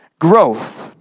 growth